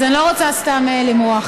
אז אני לא רוצה סתם למרוח.